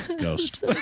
Ghost